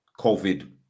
COVID